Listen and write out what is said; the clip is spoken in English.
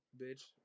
bitch